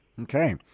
okay